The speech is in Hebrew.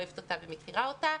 אוהבת אותה ומכירה אותה.